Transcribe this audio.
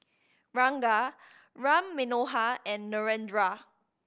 Ranga Ram Manohar and Narendra